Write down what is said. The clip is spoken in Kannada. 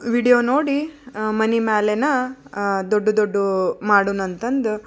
ವೀಡಿಯೊ ನೋಡಿ ಮನೆ ಮ್ಯಾಲೆನೆ ದೊಡ್ಡ ದೊಡ್ಡ ಮಾಡೋಣ ಅಂತಂದು